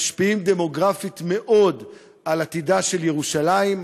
משפיעים דמוגרפית מאוד על עתידה של ירושלים,